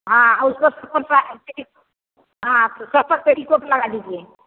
हाँ उसको हाँ सौ सौ पेटीकोट लगा दीजिए